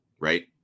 right